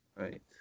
right